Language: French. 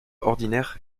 ordinaire